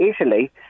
Italy